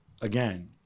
Again